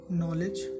knowledge